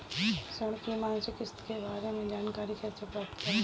ऋण की मासिक किस्त के बारे में जानकारी कैसे प्राप्त करें?